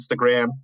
Instagram